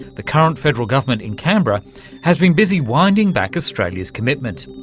the current federal government in canberra has been busy winding back australia's commitment.